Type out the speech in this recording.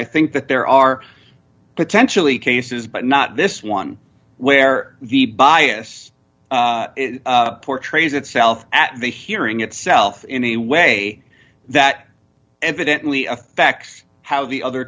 i think that there are potentially cases but not this one where the bias portrays itself at the hearing itself in a way that evidently affects how the other